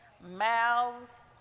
Mouths